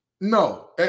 no